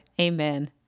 Amen